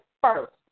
first